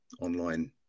online